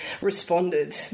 responded